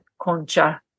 concha